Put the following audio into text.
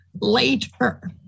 later